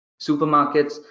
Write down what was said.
supermarkets